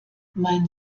mein